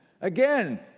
again